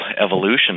evolution